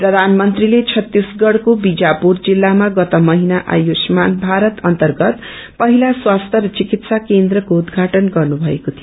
प्रधानमन्त्रीले छत्तीसगढ़को बीजपुर जिल्लामा गत महिना आयुष्मान थारत अन्तर्गत पहिला स्वास्थ्य र चिकित्सा केन्द्रको उद्घाटन गर्नुभएको थियो